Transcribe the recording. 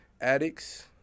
addicts